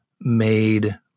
made